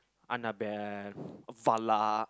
Annabelle Valak